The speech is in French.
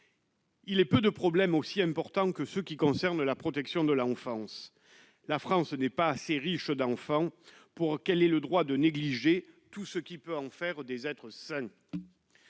Il est peu de problèmes aussi importants que ce qui concerne la protection de l'enfance, la France n'est pas assez riche d'enfants pour qu'elles aient le droit de négliger tout ce qui peut-on faire des être s'.